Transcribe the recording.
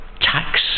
tax